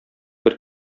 бер